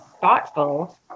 thoughtful